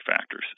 factors